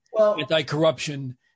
anti-corruption